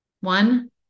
one